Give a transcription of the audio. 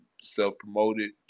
self-promoted